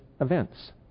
events